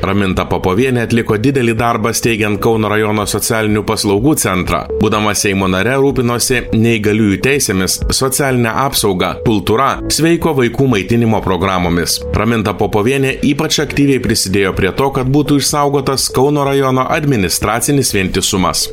raminta popovienė atliko didelį darbą steigiant kauno rajono socialinių paslaugų centrą būdama seimo nare rūpinosi neįgaliųjų teisėmis socialine apsauga kultūra sveiko vaikų maitinimo programomis raminta popovienė ypač aktyviai prisidėjo prie to kad būtų išsaugotas kauno rajono administracinis vientisumas